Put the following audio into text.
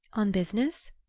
on business?